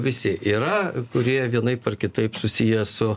visi yra kurie vienaip ar kitaip susiję su